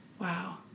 Wow